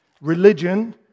Religion